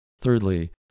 thirdly